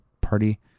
party